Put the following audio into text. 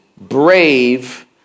Brave